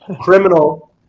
Criminal